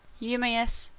eumaeus,